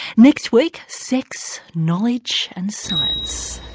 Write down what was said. next week sex, knowledge and science